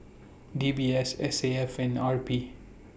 D B S S A F and R P